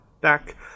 back